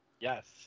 Yes